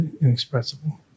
inexpressible